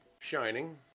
Shining